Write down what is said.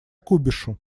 кубишу